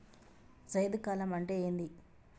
జైద్ కాలం అంటే ఏంది?